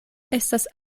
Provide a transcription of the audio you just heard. estas